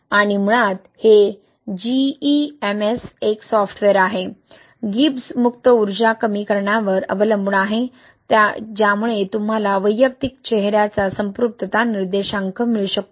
आणि मुळात हे जीईएमएस एक सॉफ्टवेअर आहे गिब्स मुक्त ऊर्जा कमी करण्यावर अवलंबून आहे ज्यामुळे तुम्हाला वैयक्तिक चेहर्याचा संपृक्तता निर्देशांक मिळू शकतो